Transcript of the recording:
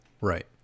Right